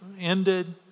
ended